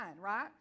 right